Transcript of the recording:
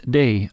day